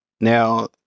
now